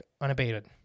unabated